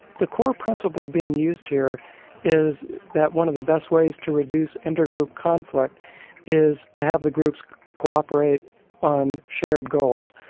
the core principle being used here is that one of the best ways to reduce inter-group conflict is to have the groups co-operate on shared goals.